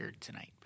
tonight